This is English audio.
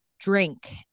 drink